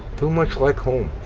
too much like home.